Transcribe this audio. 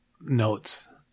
notes